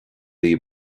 libh